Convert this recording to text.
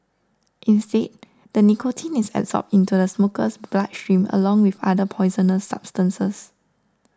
instead the nicotine is absorbed into the smoker's bloodstream along with other poisonous substances